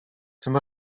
tym